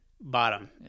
bottom